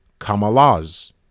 Kamalaz